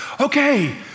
Okay